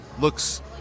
looks